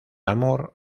amor